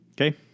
Okay